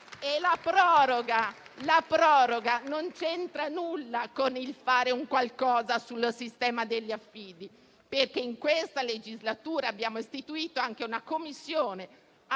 La proroga non c'entra nulla con il fatto di fare qualcosa sul sistema degli affidi, perché in questa legislatura abbiamo istituito anche una Commissione